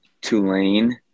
Tulane